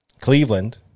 Cleveland